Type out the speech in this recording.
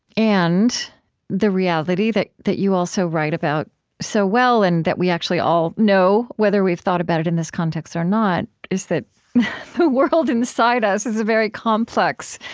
and the reality that that you also write about so well and that we actually all know, whether we've thought about it in this context or not, is that the world inside us is a very complex,